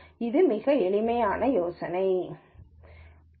எனவே இந்த மிக எளிய யோசனையை இங்கே பார்ப்போம்